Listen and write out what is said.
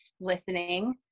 listening